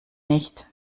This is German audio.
nicht